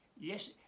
yes